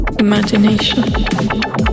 Imagination